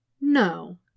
No